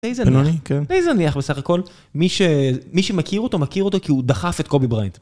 די זניח, די זניח בסך הכל. מי שמכיר אותו מכיר אותו כי הוא דחף את קובי בראיינט.